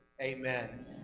amen